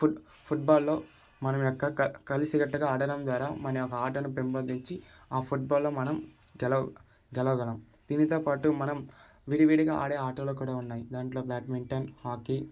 foot ఫుట్బాల్లో మన యొక్క క కలిసి కట్టుగా ఆడటం ద్వారా మన యొక్క ఆటను పెంపొందించి ఆ ఫుట్బాల్లో మనం గెలవ గెలవగలం దీనితో పాటు మనం విడివిడిగా ఆడే ఆటలు కూడా ఉన్నాయి దాంట్లో బ్యాడ్మింటన్ హాకీ